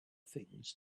things